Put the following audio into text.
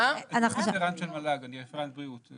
אני לא רפרנט של מל"ג, אני רפרנט בריאות.